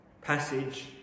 passage